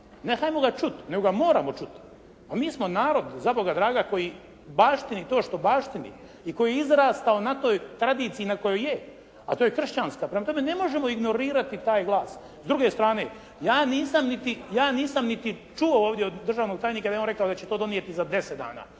Ne ajmo ga čuti nego ga moramo čuti. Pa mi smo narod za Boga dragoga koji baštini to što baštini i koji je izrastao na toj tradiciji na kojoj je a to je kršćanska. Prema tome, ne možemo ignorirati taj glas. S druge strane, ja nisam niti čuo ovdje od državnog tajnika da je on rekao da će to donijeti za deset dana.